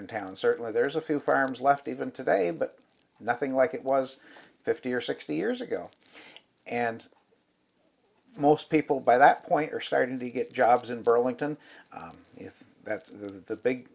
in town certainly there's a few farms left even today but nothing like it was fifty or sixty years ago and most people by that point are starting to get jobs in burlington if that's the big